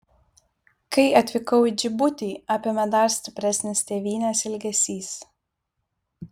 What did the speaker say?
kai atvykau į džibutį apėmė dar stipresnis tėvynės ilgesys